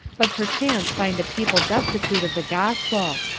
but perchance find a people destitute of the gospel.